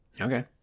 Okay